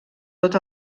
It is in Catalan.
tot